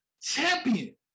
champion